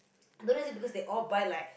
don't know is it because they all buy like